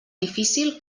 difícil